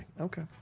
Okay